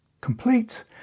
complete